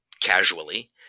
casually